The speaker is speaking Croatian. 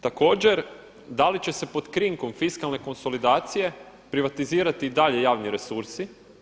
Također, da li će se pod krinkom fiskalne konsolidacije privatizirati i dalje javni resursi.